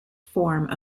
form